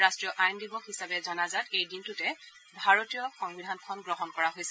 ৰাষ্ট্ৰীয় আইন দিৱস হিচাপে জনাজাত এই দিনটোতে ভাৰতীয় সংবিধানখন গ্ৰহণ কৰা হৈছিল